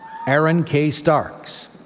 aaron k. starks.